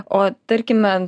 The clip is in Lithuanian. o tarkime